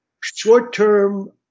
short-term